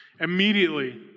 Immediately